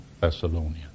Thessalonians